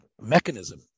mechanism